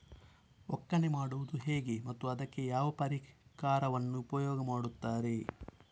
ಒಕ್ಕಣೆ ಮಾಡುವುದು ಹೇಗೆ ಮತ್ತು ಅದಕ್ಕೆ ಯಾವ ಪರಿಕರವನ್ನು ಉಪಯೋಗ ಮಾಡುತ್ತಾರೆ?